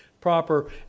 proper